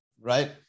right